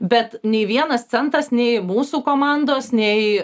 bet nei vienas centas nei mūsų komandos nei